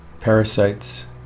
parasites